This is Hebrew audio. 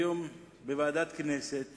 היום בוועדת הכנסת